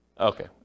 Okay